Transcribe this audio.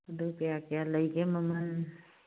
ꯑꯗꯨ ꯀꯌꯥ ꯀꯌꯥ ꯂꯩꯒꯦ ꯃꯃꯜ